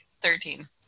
thirteen